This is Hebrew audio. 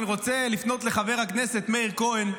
אני רוצה לפנות לחבר הכנסת מאיר כהן,